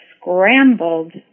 scrambled